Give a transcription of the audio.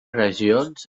regions